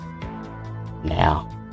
Now